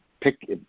pick